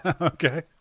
Okay